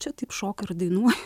čia taip šoka ir dainuoja